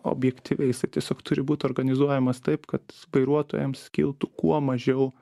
objektyviai jisai tiesiog turi būt organizuojamas taip kad vairuotojams kiltų kuo mažiau